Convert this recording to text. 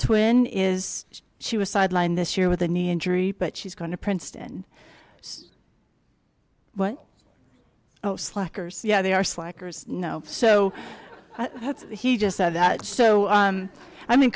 twin is she was sidelined this year with a knee injury but she's going to princeton what oh slackers yeah they are slackers no so he just said that so i'm in